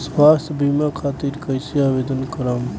स्वास्थ्य बीमा खातिर कईसे आवेदन करम?